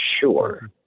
sure